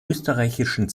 österreichischen